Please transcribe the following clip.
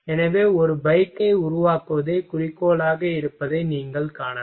எனவே ஒரு பைக்கை உருவாக்குவதே குறிக்கோளாக இருப்பதை நீங்கள் காணலாம்